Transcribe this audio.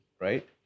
right